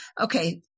Okay